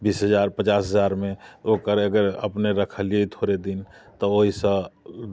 बीस हजार पचास हजारमे ओकरा अगर रखलियै अपने थोड़े दिन तऽ ओइसँ उ